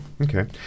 Okay